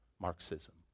Marxism